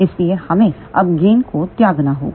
इसलिए हमें अब गेन को त्यागना होगा